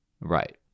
Right